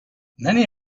many